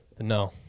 No